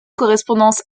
correspondance